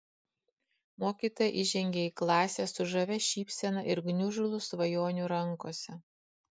mokytoja įžengė į klasę su žavia šypsena ir gniužulu svajonių rankose